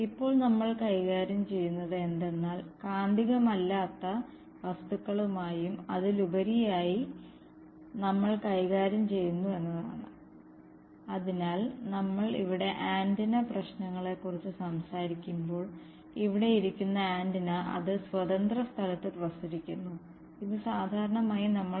അതിനാൽ നിങ്ങൾക്ക് ഒരു കാന്തിക വൈദ്യുതധാര ഉണ്ടെങ്കിൽ നിങ്ങൾ എനിക്ക് J തരും ചിലപ്പോൾ M പോലും എന്നിട്ട് E H എന്നിവ പുറത്തുവരുകയും ചെയ്താൽ ഇത് ഒരു സാധാരണ മാർഗമാണ്